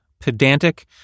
pedantic